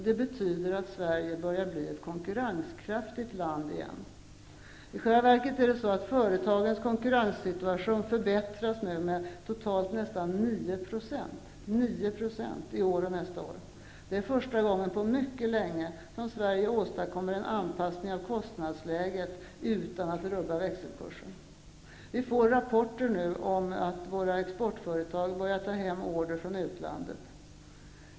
Det betyder att Sverige börjar bli ett konkurrenskraftigt land igen. I själva verket är det så att företagens konkurrenssituation nu förbättras med totalt nästan 9 % i år och nästa år. Det är första gången på mycket länge som Sverige åstadkommer en anpassning av kostnadsläget utan att rubba växelkursen. Vi får nu rapporter om att våra exportföretag börjar ta hem order från utlandet.